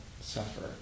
suffer